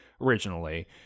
originally